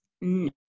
No